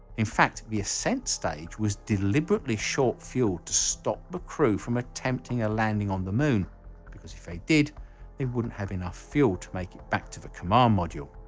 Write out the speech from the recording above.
in fact the ascent stage was deliberately short fueled to stop the crew from attempting a landing on the moon because if they did they wouldn't have enough fuel to make it back to the command module.